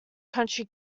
county